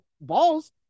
balls